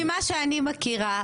ממה שאני מכירה,